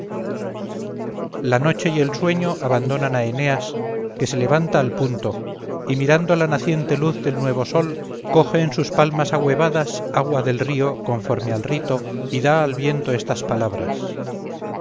la noche y el sueño abandonan a eneas que se levanta al punto y mirando la naciente luz del nuevo sol coge en sus palmas ahuevadas agua del río conforme al rito y da al viento estas palabras